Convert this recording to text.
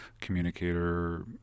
communicator